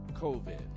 covid